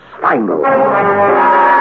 final